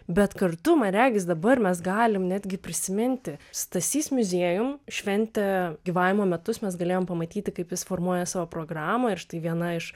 bet kartu man regis dabar mes galim netgi prisiminti stasys muziejum šventė gyvavimo metus mes galėjom pamatyti kaip jis formuoja savo programą ir štai viena iš